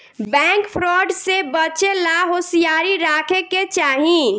bank fraud से बचे ला होसियारी राखे के चाही